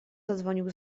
zadzwonił